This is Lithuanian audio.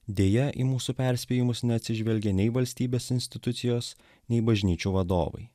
deja į mūsų perspėjimus neatsižvelgia nei valstybės institucijos nei bažnyčių vadovai